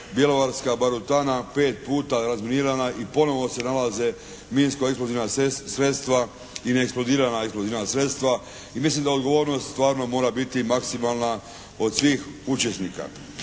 bjelovarska barutana pet puta razminirana i ponovo se nalaze minsko-eksplozivna sredstva i neeksplodirana eksplozivna sredstva. I mislim da odgovornost stvarno mora biti maksimalna od svih učesnika.